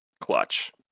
Clutch